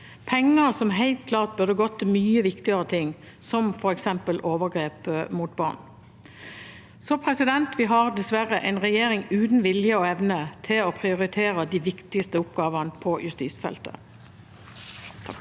penger som helt klart burde gått til mye viktigere ting, som f.eks. arbeid mot overgrep mot barn. Så vi har dessverre en regjering uten vilje og evne til å prioritere de viktigste oppgavene på justisfeltet. Nils